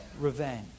revenge